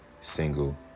single